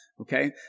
Okay